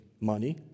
Money